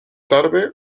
tarde